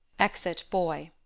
exit boy